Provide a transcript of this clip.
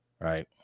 Right